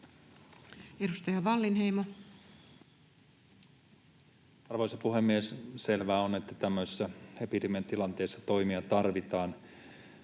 18:30 Content: Arvoisa puhemies! Selvää on, että tämmöisessä epidemian tilanteessa toimia tarvitaan,